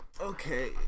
Okay